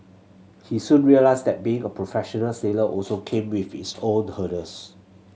he soon realised that being a professional sailor also came with its own hurdles